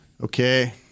Okay